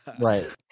Right